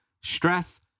stress